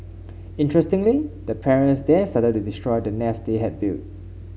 interestingly the parents then started to destroy the nest they had built